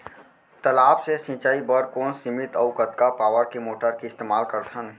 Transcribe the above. तालाब से सिंचाई बर कोन सीमित अऊ कतका पावर के मोटर के इस्तेमाल करथन?